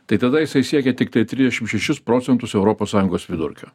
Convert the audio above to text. tai tada jisai siekė tiktai trisdešimt šešis procentus europos sąjungos vidurkio